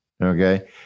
okay